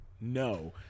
no